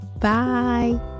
Bye